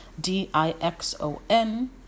D-I-X-O-N